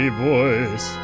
boys